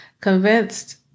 convinced